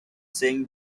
saying